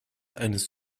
eines